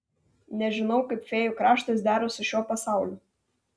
nežinau kaip fėjų kraštas dera su šiuo pasauliu